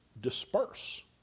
disperse